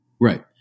Right